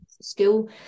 school